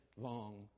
long